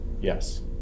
Yes